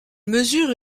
mesure